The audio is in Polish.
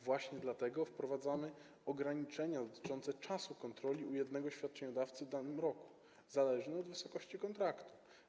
Właśnie dlatego wprowadzamy ograniczenia dotyczące czasu kontroli u jednego świadczeniodawcy w danym roku, zależnie od wysokości kontraktu.